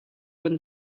kan